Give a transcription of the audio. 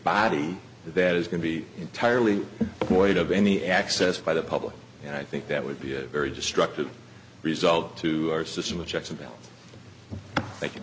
body that is going to be entirely quiet of any access by the public and i think that would be a very destructive result to our system of checks about